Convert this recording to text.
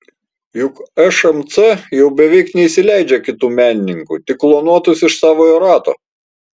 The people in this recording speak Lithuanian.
juk šmc jau beveik neįsileidžia kitų menininkų tik klonuotus iš savojo rato